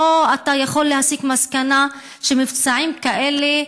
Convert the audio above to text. או אתה יכול להסיק מסקנה שמבצעים כאלה,